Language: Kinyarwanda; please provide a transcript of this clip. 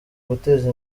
guteza